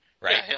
right